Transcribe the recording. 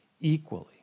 equally